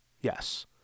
Yes